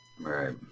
Right